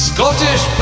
Scottish